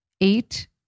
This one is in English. eight